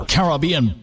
Caribbean